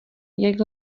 jak